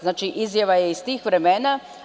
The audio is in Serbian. Znači, izjava je iz tih vremena.